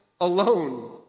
alone